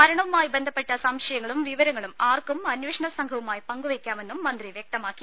മരണവുമായി ബന്ധപ്പെട്ട സംശയങ്ങളും വിവരങ്ങളും ആർക്കും അന്വേഷണ സംഘവുമായി പങ്കുവയ്ക്കാമെന്നും മന്ത്രി വ്യക്തമാക്കി